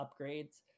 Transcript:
upgrades